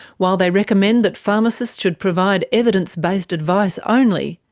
while they recommend that pharmacists should provide evidence-based advice only,